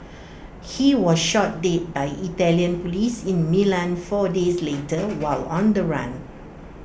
he was shot dead by Italian Police in Milan four days later while on the run